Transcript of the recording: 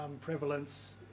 prevalence